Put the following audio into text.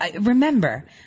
remember